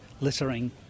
littering